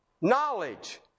knowledge